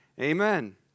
Amen